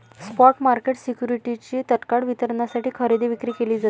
spot market सिक्युरिटीजची तत्काळ वितरणासाठी खरेदी विक्री केली जाते